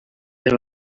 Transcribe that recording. were